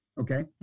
Okay